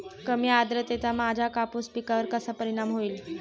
कमी आर्द्रतेचा माझ्या कापूस पिकावर कसा परिणाम होईल?